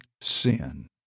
sin